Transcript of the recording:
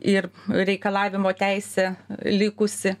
ir reikalavimo teisė likusi